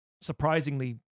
Surprisingly